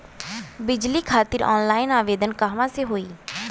बिजली खातिर ऑनलाइन आवेदन कहवा से होयी?